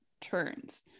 turns